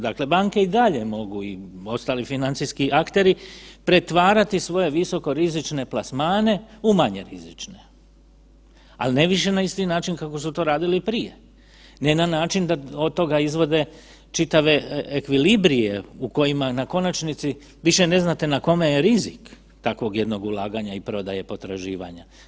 Dakle banke i ostali financijski akteri pretvarati svoje visokorizične plasmane u manje rizične, ali ne više na isti način kako su to radili prije, ne na način da od toga izvode čitave ekvilibrije u kojima, na konačnici više ne znate na kome je rizik takvog jednog ulaganja i prodaje potraživanja.